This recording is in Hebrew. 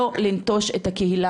לא לנטוש את הקהילה,